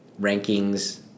rankings